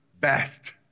best